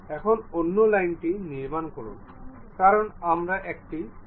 এখন অন্য লাইনটি নির্মাণ করুন কারণ আমরা একটি হলো সিলিন্ডার টিউব তৈরি করতে চাই